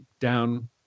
down